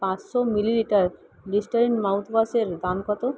পাঁচশো millilitre Listerine মাউথওয়াশের দাম কত